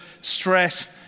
stress